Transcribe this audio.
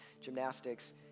gymnastics